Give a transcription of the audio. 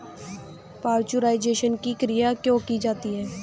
Pasteurisation की क्रिया क्यों की जाती है?